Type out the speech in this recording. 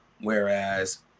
Whereas